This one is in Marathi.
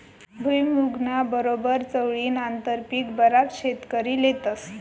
भुईमुंगना बरोबर चवळीनं आंतरपीक बराच शेतकरी लेतस